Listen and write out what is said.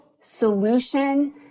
solution